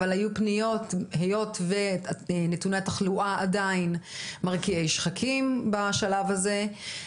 אבל היו פניות היות ונתוני התחלואה עדיין מרקיעי שחקים בשלב הזה,